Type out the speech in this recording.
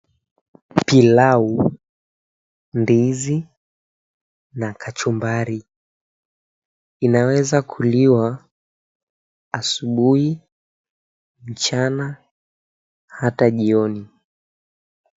Pilau, ndizi na kachumbari. Inaweza kuliwa asubuhi, mchana hata jioni.